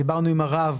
דיברנו עם הרב.